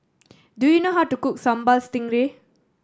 do you know how to cook Sambal Stingray